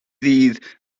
ddydd